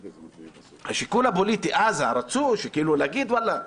והשיקול הפוליטי שאז רצו להגיד: וואלה,